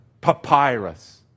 Papyrus